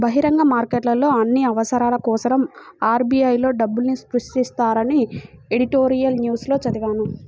బహిరంగ మార్కెట్లో అన్ని అవసరాల కోసరం ఆర్.బి.ఐ లో డబ్బుల్ని సృష్టిస్తారని ఎడిటోరియల్ న్యూస్ లో చదివాను